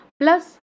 plus